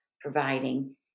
providing